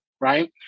right